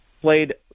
played